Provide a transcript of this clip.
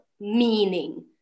meaning